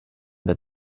that